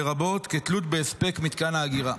לרבות כתלות בהספק מתקן האגירה.